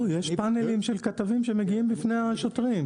יש פאנלים של כתבים שמגיעים לפני השוטרים.